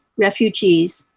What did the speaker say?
refugees,